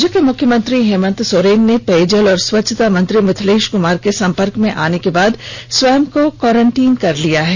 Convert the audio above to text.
राज्य के मुख्यमंत्री हेमंत सोरेन ने पेयजल और स्वचछता मंत्री मिथलेश कुमार के सम्पर्क में आने के बाद स्वयं को क्वारेन्टाइन कर लिया है